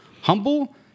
humble